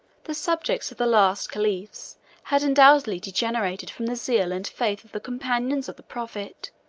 the subjects of the last caliphs had undoubtedly degenerated from the zeal and faith of the companions of the prophet.